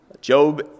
Job